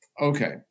Okay